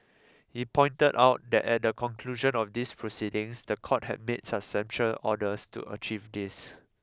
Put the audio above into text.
he pointed out that at the conclusion of these proceedings the court had made substantial orders to achieve this